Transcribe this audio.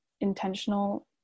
intentional